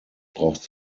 braucht